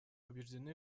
убеждены